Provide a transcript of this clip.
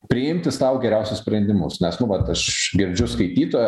priimti sau geriausius sprendimus nes nu vat aš girdžiu skaitytoją